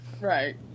Right